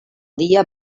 dia